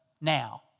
now